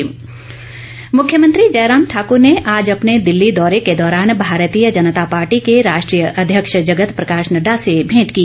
भेंट मुख्यमंत्री जयराम ठाकुर ने आज अपने दिल्ली दौरे के दौरान भारतीय जनता पार्टी के राष्ट्रीय अध्यक्ष जगत प्रकाश नड्डा से भेंट की